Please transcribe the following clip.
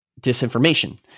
disinformation